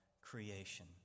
creation